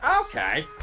Okay